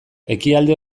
ekialde